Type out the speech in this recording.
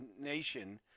nation